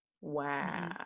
Wow